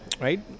right